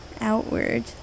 outward